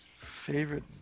favorite